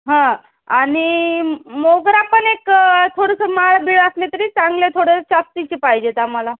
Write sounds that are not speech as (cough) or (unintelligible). हां आणि मोगरा पण एक थोडंसं माळ बीळ असली तरी चांगले थोडं (unintelligible) पाहिजे आहेत आम्हाला